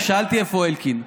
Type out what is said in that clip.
אני שאלתי איפה אלקין.